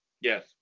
yes